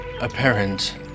apparent